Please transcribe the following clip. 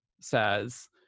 says